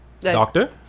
Doctor